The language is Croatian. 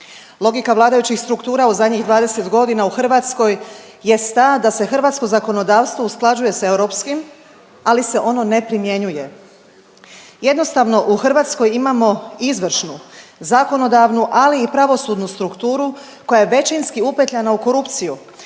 Logika vladajućih struktura u zadnjih 20 godina u Hrvatskoj jest ta da se hrvatsko zakonodavstvo usklađuje s europskim ali se ono ne primjenjuje. Jednostavno u Hrvatskoj imamo izvršnu, zakonodavnu ali i pravosudnu strukturu koja je većinski upetljana u korupciju